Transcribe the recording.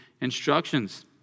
instructions